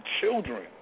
children